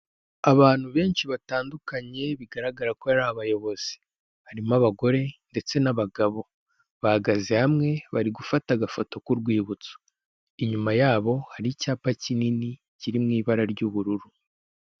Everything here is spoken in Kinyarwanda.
Abantu benshi batandukanye bigaragara ko ari abayobozi, harimo abagore ndetse n'abagabo ,bahagaze hamwe bari gufata agafoto k'urwibutso, inyuma yabo hari icyapa kinini kiri mu ibara ry'ubururu.